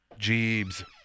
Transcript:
Jeebs